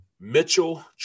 Mitchell